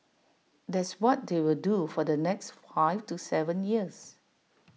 that's what they will do for the next five to Seven years